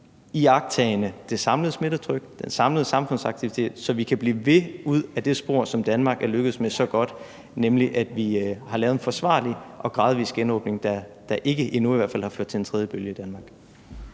iagttagende det samlede smittetryk og den samlede samfundsaktivitet, så vi kan blive ved ud ad det spor, som Danmark er lykkedes så godt med, nemlig at vi har lavet en forsvarlig og gradvis genåbning, der i hvert fald ikke endnu har ført til en tredje bølge i Danmark.